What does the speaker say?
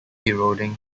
eroding